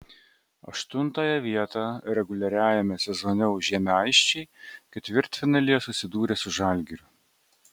aštuntąją vietą reguliariajame sezone užėmę aisčiai ketvirtfinalyje susidūrė su žalgiriu